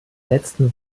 letzten